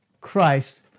Christ